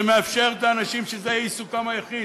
שמאפשרת לאנשים שזה יהיה עיסוקם היחיד.